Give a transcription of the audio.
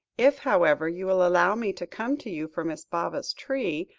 if, however, you will allow me to come to you for miss baba's tree,